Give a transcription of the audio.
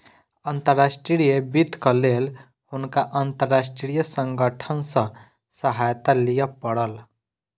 अंतर्राष्ट्रीय वित्तक लेल हुनका अंतर्राष्ट्रीय संगठन सॅ सहायता लिअ पड़ल